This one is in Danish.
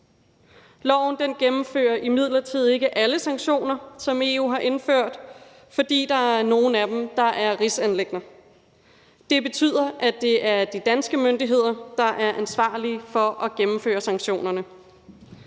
Loven gennemfører imidlertid ikke alle sanktioner, som EU har indført, fordi der er nogle af dem, der er rigsanliggender. Det betyder, at det er de danske myndigheder, der er ansvarlige for at gennemføre sanktionerne.